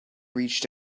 reached